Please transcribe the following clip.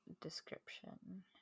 description